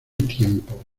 tiempo